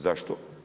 Zašto?